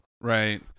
right